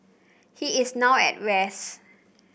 he is now at rest